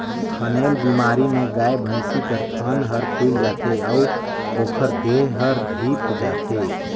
थनैल बेमारी में गाय, भइसी कर थन हर फुइल जाथे अउ ओखर देह हर धिप जाथे